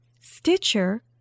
Stitcher